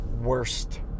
worst